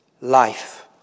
life